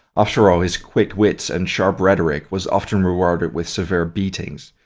after all, his quick wits and sharp rhetoric was often rewarded with severe beatings.